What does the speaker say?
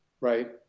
right